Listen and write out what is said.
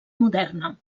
moderna